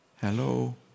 Hello